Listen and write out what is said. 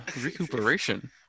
Recuperation